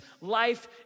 life